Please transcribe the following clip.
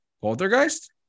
Poltergeist